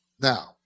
Now